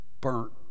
burnt